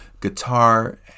guitar